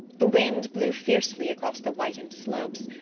the wind blew fiercely across the whitened slopes,